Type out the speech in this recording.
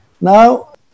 Now